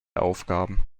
aufgaben